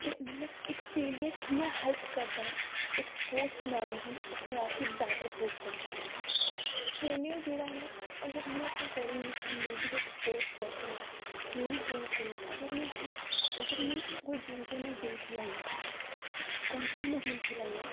ते मतलब इक फेलियर कि'यां हैल्प करदा इक स्पोटर्स मैन गी अपने आप गी बैटर प्रूव करने च फेलियर जेह्ड़ा ऐ ना अगर में अपने अकार्डिंग दिक्खां में बी ते इक स्पोटर्स पर्सन आं में बी गेम खेल्लनी आं अगर में जि'यां अगर में कोई जि'यां में गेम खेल्ला दी आं ठीक ऐ अगर कंटीन्यू में गेम खेल्ला दी आं